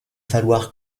falloir